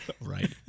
Right